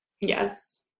Yes